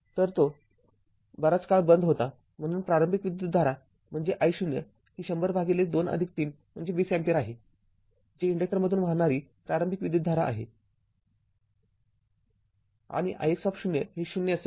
तरतो बराच काळ बंद होता म्हणून प्रारंभिक विद्युतधारा म्हणजे I0 ही १०० भागिले २३ म्हणजे २० अँपिअर आहे जी इन्डक्टरमधून वाहणारी प्रारंभिक विद्युतधारा आहे आणि ix ही ० असेल